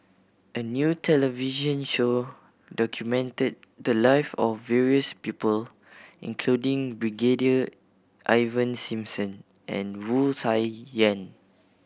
a new television show documented the live of various people including Brigadier Ivan Simson and Wu Tsai Yen